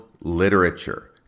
literature